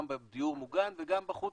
גם בדיור מוגן וגם בחוץ,